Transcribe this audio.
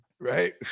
Right